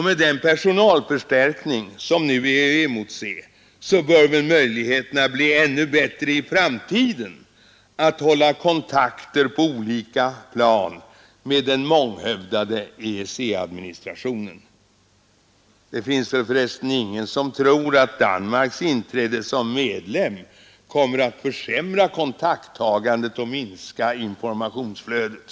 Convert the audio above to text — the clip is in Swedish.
Med den personalförstärkning som nu är att emotse bör möjligheterna bli ännu lättare i framtiden att hålla kontakter på olika plan med den månghövdade EEC-administrationen. Det finns väl ingen som tror att Danmarks inträde som medlem kommer att försämra kontakttagandet och minska informationsflödet.